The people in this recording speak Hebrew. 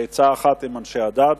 בעצה אחת עם אנשי הדת.